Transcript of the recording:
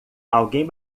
alguém